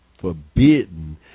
forbidden